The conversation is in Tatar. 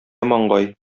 маңгай